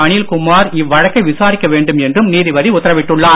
அனில்குமார் இவ்வழக்கை விசாரிக்க வேண்டும் என்றும் நீதிபதி உத்தரவிட்டுள்ளார்